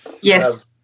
Yes